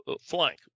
flank